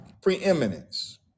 preeminence